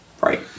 Right